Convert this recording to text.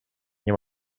nie